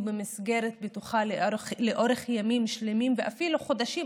במסגרת בטוחה לאורך ימים שלמים ואפילו חודשים,